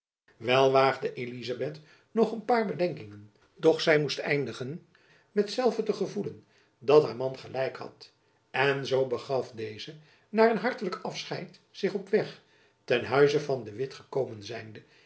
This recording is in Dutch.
wel waagde elizabeth nog een paar bedenkingen doch zy moest eindigen met zelve te gevoelen dat haar man gelijk had en zoo begaf deze na een hartelijk afscheid zich op weg ten huize van de witt gekomen zijnde